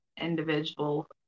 individual